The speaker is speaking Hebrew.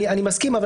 אני מסכים,